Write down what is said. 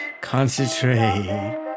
concentrate